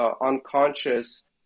unconscious